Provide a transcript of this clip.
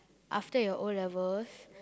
after your O-levels